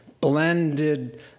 blended